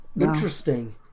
Interesting